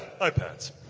iPads